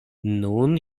nun